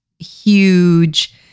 huge